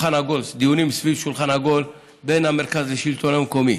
סביב שולחן עגול בין מרכז השלטון המקומי